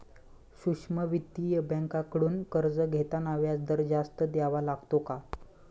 सूक्ष्म वित्तीय बँकांकडून कर्ज घेताना व्याजदर जास्त द्यावा लागतो का?